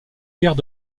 pères